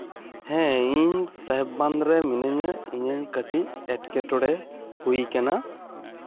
ᱦᱮᱸ ᱤᱧ ᱥᱟᱦᱮᱵ ᱵᱟᱸᱫᱷ ᱨᱮ ᱢᱤᱱᱟᱹᱧᱟ ᱤᱧᱟᱹᱝ ᱠᱟᱹᱴᱤᱡ ᱮᱸᱴᱠᱮᱴᱚᱲᱮ ᱦᱩᱭ ᱠᱟᱱᱟ